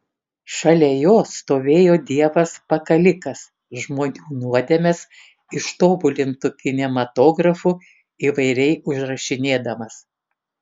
šalia jo stovėjo dievas pakalikas žmonių nuodėmes ištobulintu kinematografu įvairiai užrašinėdamas